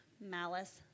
malice